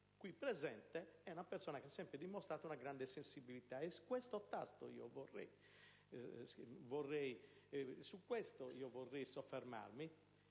qui presente di essere una persona che ha sempre dimostrato grande sensibilità, e su questo vorrei soffermarmi.